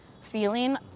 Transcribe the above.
feeling